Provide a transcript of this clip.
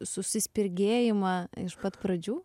susispirgėjimą iš pat pradžių